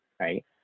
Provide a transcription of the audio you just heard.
Right